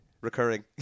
Recurring